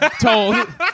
told